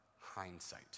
hindsight